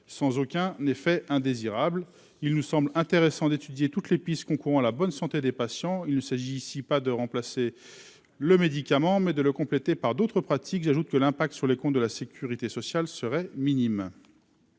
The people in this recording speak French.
sans aucun effet indésirable, il nous semble intéressant d'étudier toutes les pistes, concourant à la bonne santé des patients, il s'agit ici, pas de remplacer le médicament mais de le compléter par d'autres pratiques, j'ajoute que l'impact sur les comptes de la Sécurité Sociale serait minime.